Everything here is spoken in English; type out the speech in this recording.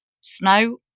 Snow